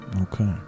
okay